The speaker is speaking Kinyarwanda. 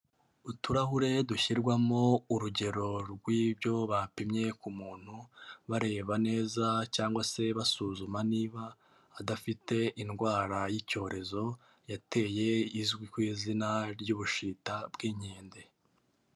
Uturahure dushyirwamo urugero rw'ibyo bapimye ku muntu, bareba neza cyangwa se basuzuma niba adafite indwara y'icyorezo, yateye izwi ku izina ry'ubushita bw'inkende.